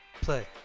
Play